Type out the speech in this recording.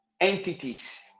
entities